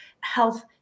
health